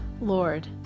Lord